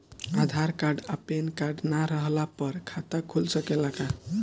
आधार card आ PAN card ना रहला पर खाता खुल सकेला का?